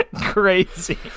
crazy